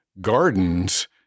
gardens